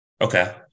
Okay